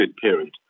period